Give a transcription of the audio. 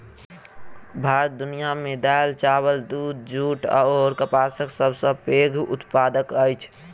भारत दुनिया मे दालि, चाबल, दूध, जूट अऔर कपासक सबसे पैघ उत्पादक अछि